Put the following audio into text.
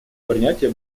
принятия